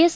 S